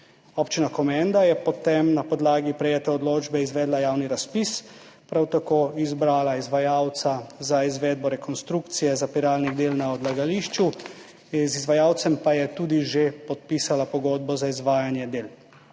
Občina Komenda je potem na podlagi prejete odločbe izvedla javni razpis, prav tako je izbrala izvajalca za izvedbo rekonstrukcije zapiralnih del na odlagališču, z izvajalcem pa je že podpisala pogodbo za izvajanje del.